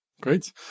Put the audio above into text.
Great